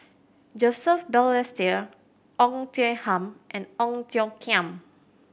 Joseph Balestier Oei Tiong Ham and Ong Tiong Khiam